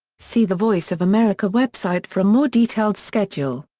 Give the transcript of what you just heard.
see the voice of america website for a more detailed schedule.